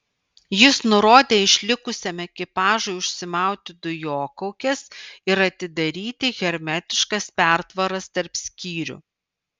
jis nurodė išlikusiam ekipažui užsimauti dujokaukes ir atidaryti hermetiškas pertvaras tarp skyrių